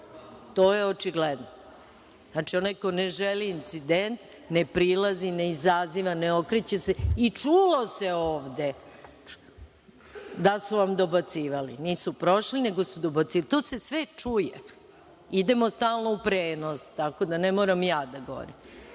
To je očigledno. Znači, onaj ko ne želi incident, ne prilazi, ne izaziva, ne okreće se. Čule se ovde da su vam dobacivali. Nisu prošli, nego su dobacivali. To se sve čuje. Idemo stalno u prenos, tako da ne moram ja da govorim.